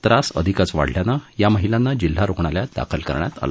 त्रास अधिकच वाढल्यानं या महिलांना जिल्हा रुग्णालयात दाखल करण्यात आलं